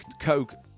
Coke